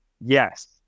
yes